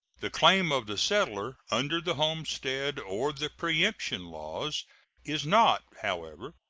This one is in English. the claim of the settler under the homestead or the preemption laws is not, however,